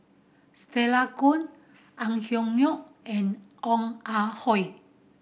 Stella Kon Ang Hiong and Ong Ah Hoi